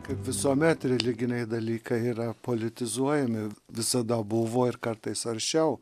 kaip visuomet religiniai dalykai yra politizuojami visada buvo ir kartais aršiau